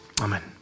Amen